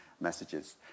messages